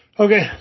Okay